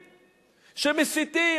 שמסיתים,